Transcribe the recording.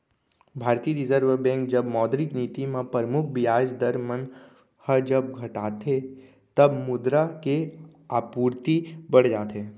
भारतीय reserve bank जब मौद्रिक नीति म परमुख बियाज दर मन ह जब घटाथे तब मुद्रा के आपूरति बड़ जाथे